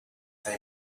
they